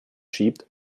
schiebt